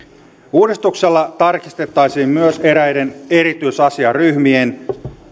uudistuksella tarkistettaisiin myös eräiden erityisasiaryhmien